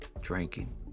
Drinking